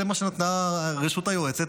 זה מה שנתנה רשות היועצת,